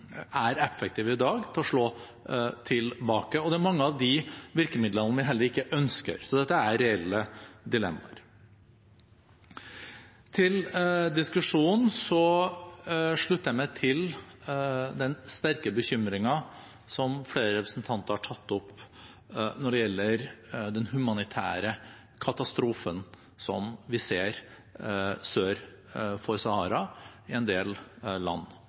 er effektive i dag, til å slå tilbake, og det er mange av de virkemidlene vi heller ikke ønsker. Så dette er reelle dilemmaer. Til diskusjonen: Jeg slutter meg til den sterke bekymringen som flere representanter har tatt opp når det gjelder den humanitære katastrofen som vi ser sør for Sahara i en del land.